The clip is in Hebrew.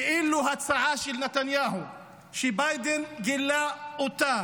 כאילו זאת הצעה של נתניהו שביידן גילה אותה,